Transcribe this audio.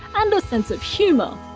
and a sense of humour.